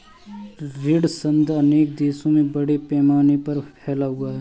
ऋण संघ अनेक देशों में बड़े पैमाने पर फैला हुआ है